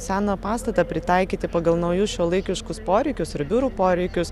seną pastatą pritaikyti pagal naujus šiuolaikiškus poreikius ir biurų poreikius